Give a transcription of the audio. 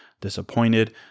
disappointed